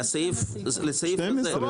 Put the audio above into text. לסעיף הזה.